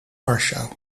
warschau